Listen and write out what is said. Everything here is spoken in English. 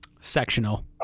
Sectional